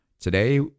Today